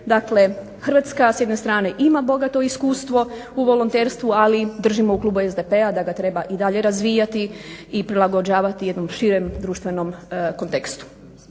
Dakle Hrvatska s jedne strane ima bogato iskustvo u volonterestvu ali držimo u Klubu SDP-a da ga treba i dalje razvijati i prilagođavati jednom širem društvenom kontekstu.